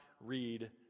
read